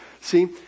See